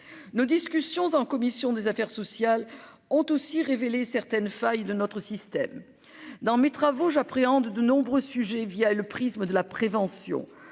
nos discussions en commission des affaires sociales ont aussi révélé certaines failles de notre système, dans mes travaux j'appréhende de nombreux sujets via le prisme de la prévention,